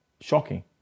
shocking